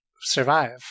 survive